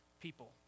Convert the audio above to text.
people